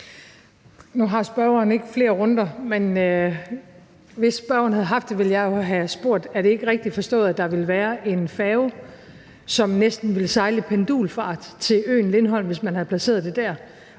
Nu har spørgeren ikke flere runder, men hvis spørgeren havde haft det, ville jeg havde spurgt, om ikke det er rigtigt forstået, at der er en færge, som næsten sejler i pendulfart til øen Lindholm. Så hvis man havde placeret det der,